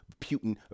Putin